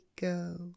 go